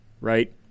right